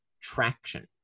traction